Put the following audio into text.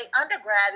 undergrad